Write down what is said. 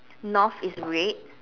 North is red